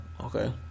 okay